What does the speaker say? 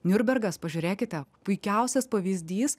niurnbergas pažiūrėkite puikiausias pavyzdys